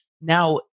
Now